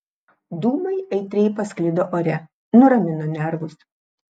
dūmai aitriai pasklido ore nuramino nervus